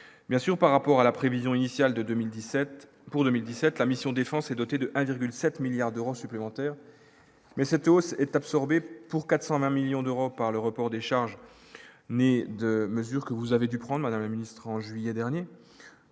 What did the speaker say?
bien sûr par rapport à la prévision initiale de 2017 pour 2017 la mission défense et doté de 1,7 milliards d'euros supplémentaires, mais cette hausse est absorbée pour 420 millions d'euros par le report des charges ni de mesures que vous avez dû prendre la ministre en juillet dernier